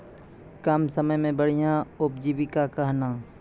कम समय मे बढ़िया उपजीविका कहना?